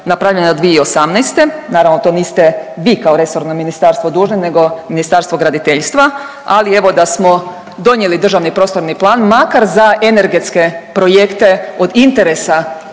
napravljena 2018. Naravno to niste vi kao resorno ministarstvo dužni nego Ministarstvo graditeljstva, ali evo da smo donijeli državni prostorni plan makar za energetske projekte od interesa,